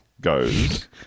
goes